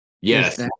Yes